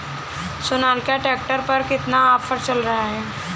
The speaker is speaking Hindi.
सोनालिका ट्रैक्टर पर कितना ऑफर चल रहा है?